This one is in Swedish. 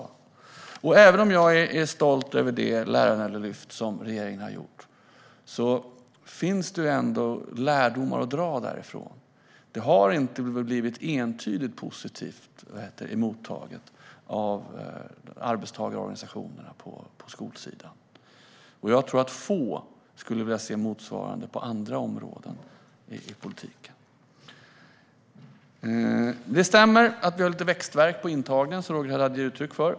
Även om jag är stolt över det lärarlönelyft som regeringen har gjort finns det ändå lärdomar att dra av detta. Mottagandet har inte varit entydigt positivt från arbetstagarorganisationerna på skolsidan. Jag tror att få skulle vilja se motsvarande på andra områden i politiken. Det stämmer att vi har lite växtvärk i fråga om intagningen, vilket Roger Haddad ger uttryck för.